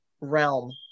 realm